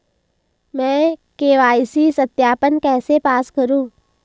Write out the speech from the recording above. मैं के.वाई.सी सत्यापन कैसे पास करूँ?